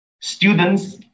students